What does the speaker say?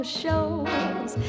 shows